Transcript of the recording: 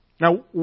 Now